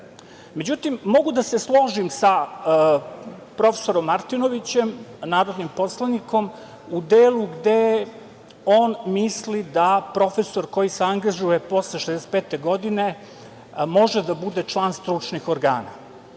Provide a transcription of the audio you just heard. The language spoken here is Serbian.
mogu da se složim sa profesorom Martinovićem, narodnim poslanikom, u delu gde on misli da profesor koji se angažuje posle 65. godine može da bude član stručnih organa.